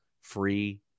free